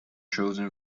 chosen